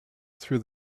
through